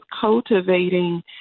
cultivating